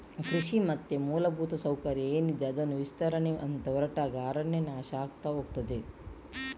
ಕೃಷಿ ಮತ್ತೆ ಮೂಲಭೂತ ಸೌಕರ್ಯ ಏನಿದೆ ಅದನ್ನ ವಿಸ್ತರಣೆ ಅಂತ ಹೊರಟಾಗ ಅರಣ್ಯ ನಾಶ ಆಗ್ತಾ ಹೋಗ್ತದೆ